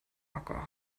acker